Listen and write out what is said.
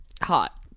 Hot